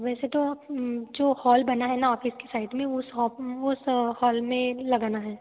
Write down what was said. वैसे तो आप जो हॉल बना है ना ऑफ़िस के साइड में वो सॉप उस हॉल में लगाना है